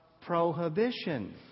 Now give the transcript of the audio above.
prohibition